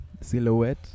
silhouette